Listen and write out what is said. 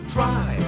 Try